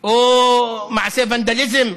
או מעשה ונדליזם.